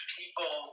people